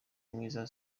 mwiza